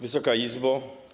Wysoka Izbo!